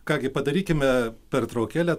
ką gi padarykime pertraukėlę